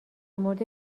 مورد